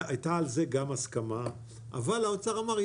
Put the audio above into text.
הייתה על זה גם הסכמה אבל האוצר אמר: